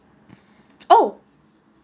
oh